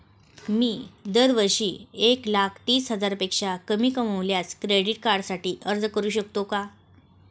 मी दरवर्षी एक लाख तीस हजारापेक्षा कमी कमावल्यास क्रेडिट कार्डसाठी अर्ज करू शकतो का?